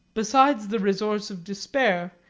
besides the resource of despair,